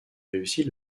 réussit